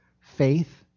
faith